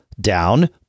down